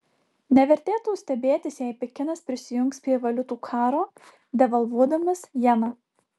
nevertėtų stebėtis jei pekinas prisijungs prie valiutų karo devalvuodamas jeną